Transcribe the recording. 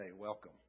Welcome